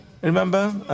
Remember